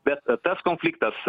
bet tas konfliktas